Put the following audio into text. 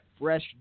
fresh